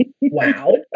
wow